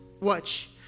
watch